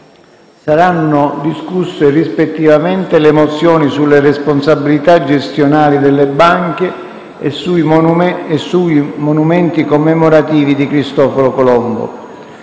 saranno discusse rispettivamente le mozioni sulle responsabilità gestionali delle banche e sui monumenti commemorativi di Cristoforo Colombo.